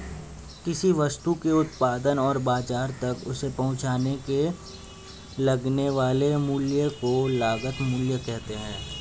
किसी वस्तु के उत्पादन और बाजार तक उसे पहुंचाने में लगने वाले मूल्य को लागत मूल्य कहते हैं